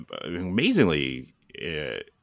amazingly